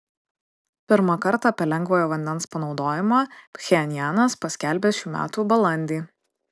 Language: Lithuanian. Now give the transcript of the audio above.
pirmą kartą apie lengvojo vandens panaudojimą pchenjanas paskelbė šių metų balandį